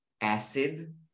acid